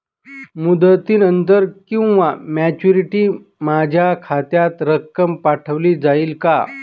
मुदतीनंतर किंवा मॅच्युरिटी माझ्या खात्यात रक्कम पाठवली जाईल का?